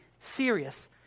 serious